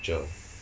future